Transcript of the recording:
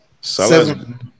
Seven